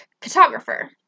cartographer